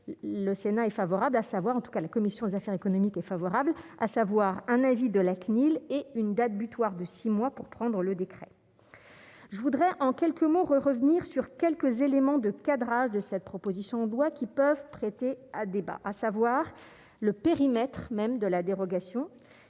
le Sénat est favorable, à savoir en tout cas, la commission des affaires économiques et favorable, à savoir un avis de la CNIL et une date butoir de 6 mois pour prendre le décret, je voudrais en quelques mots : revenir sur quelques éléments de cadrage de cette proposition doit qui peuvent prêter à débat, à savoir le périmètre même de la dérogation